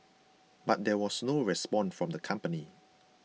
but there was no response from the company